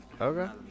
Okay